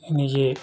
ନିଜେ